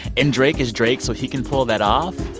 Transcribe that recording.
and drake is drake, so he can pull that off.